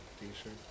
t-shirt